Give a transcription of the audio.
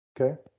Okay